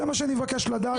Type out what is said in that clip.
זה מה שאני מבקש לדעת.